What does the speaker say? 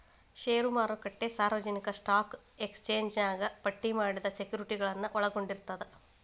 ಷೇರು ಮಾರುಕಟ್ಟೆ ಸಾರ್ವಜನಿಕ ಸ್ಟಾಕ್ ಎಕ್ಸ್ಚೇಂಜ್ನ್ಯಾಗ ಪಟ್ಟಿ ಮಾಡಿದ ಸೆಕ್ಯುರಿಟಿಗಳನ್ನ ಒಳಗೊಂಡಿರ್ತದ